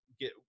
get